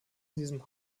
diesem